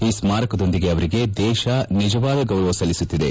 ಈ ಸ್ನಾರಕದೊಂದಿಗೆ ಅವರಿಗೆ ದೇಶ ನಿಜವಾದ ಗೌರವ ಸಲ್ಲಿಸುತ್ತಿದೆ